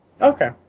Okay